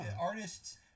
artists